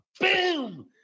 Boom